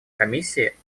комиссии